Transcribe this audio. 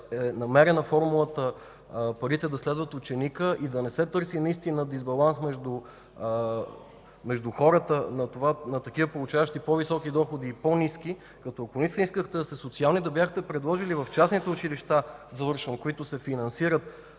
е намерена формулата парите да следват ученика, да не се търси наистина дисбаланс между хората, получаващи по-високи и по-ниски доходи. Ако наистина искахте да сте социални, да бяхте предложили в частните училища, които се финансират